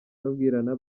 babwirana